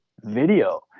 video